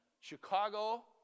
Chicago